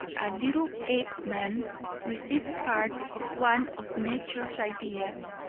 a little apeman receives part of one of nature's ideas.